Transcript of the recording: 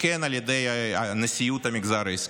וכן על ידי נשיאות המגזר העסקי.